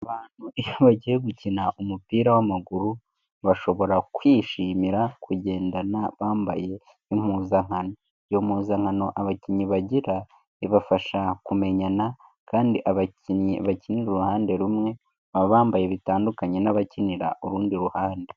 Abantu iyo bagiye gukina umupira w'amaguru bashobora kwishimira kugendana bambaye impuzankano iyo mpuzankano abakinnyi bagira, ibafasha kumenyana kandi abakinnyi bakinira uruhande rumwe, baba bambaye bitandukanye n'abakinira urundi ruhande.